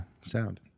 sound